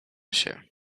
się